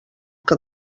que